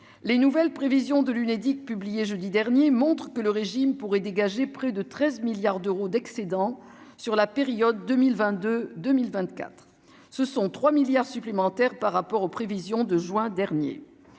les nouvelles prévisions de l'Unédic, publiée jeudi dernier, montre que le régime pourrait dégager près de 13 milliards d'euros d'excédents sur la période 2022 2024, ce sont 3 milliards supplémentaires par rapport aux prévisions de juin dernier